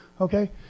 Okay